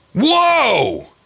Whoa